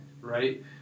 right